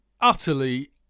utterly